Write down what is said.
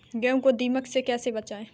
गेहूँ को दीमक से कैसे बचाएँ?